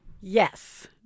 yes